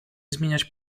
zmieniać